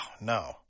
no